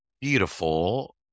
beautiful